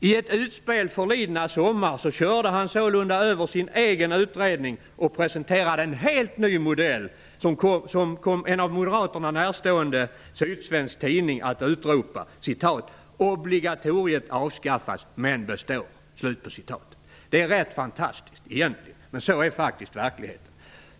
I ett utspel förliden sommar körde han sålunda över sin egen utredning och presenterade en helt ny modell som kom en av moderaterna närstående sydsvensk tidning att utropa: "Obligatoriet avskaffas men består". Det är egentligen otroligt, men sådan är faktiskt verkligheten.